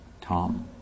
Tom